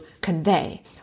convey